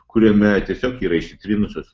kuriame tiesiog yra išsitrynusios